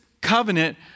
covenant